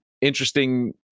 interesting